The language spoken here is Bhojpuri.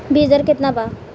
बीज दर केतना बा?